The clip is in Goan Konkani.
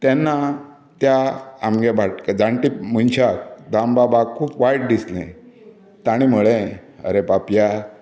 तेन्ना त्या आमगे भाटकार जाण्टे मनशाक दामबाबाक खूब वायट दिसलें ताणें म्हळें आरे पापया